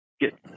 get